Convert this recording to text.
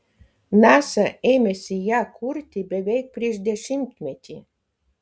nasa ėmėsi ją kurti beveik prieš dešimtmetį